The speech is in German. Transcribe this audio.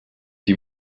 die